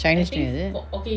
chinese new year